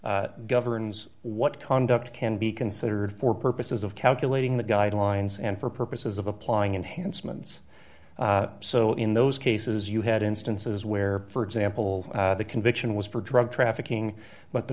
section governs what conduct can be considered for purposes of calculating the guidelines and for purposes of applying enhancements so in those cases you had instances where for example the conviction was for drug trafficking but the